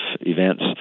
events